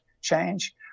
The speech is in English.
change